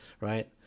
right